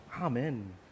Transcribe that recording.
Amen